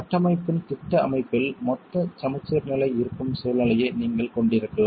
கட்டமைப்பின் திட்ட அமைப்பில் மொத்த சமச்சீர்நிலை இருக்கும் சூழ்நிலையை நீங்கள் கொண்டிருக்கலாம்